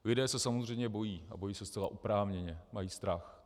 Lidé se samozřejmě bojí a bojí se zcela oprávněně, mají strach.